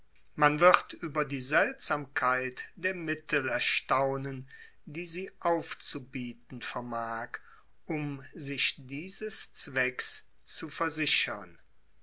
man wird über die seltsamkeit der mittel erstaunen die sie aufzubieten vermag um sich dieses zwecks zu versichern